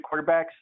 quarterbacks